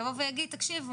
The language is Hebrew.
יבואו ויגידו - תקשיבו,